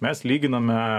mes lyginame